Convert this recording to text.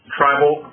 tribal